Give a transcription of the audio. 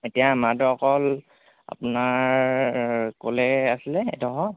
এতিয়া আমাৰতো অকল আপোনাৰ ক'লৈ আছিলে এডখৰ